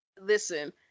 Listen